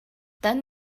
then